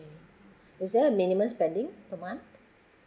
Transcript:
was there a minimum spending per month